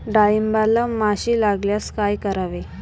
डाळींबाला माशी लागल्यास काय करावे?